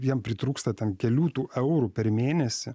jiem pritrūksta ten kelių tų eurų per mėnesį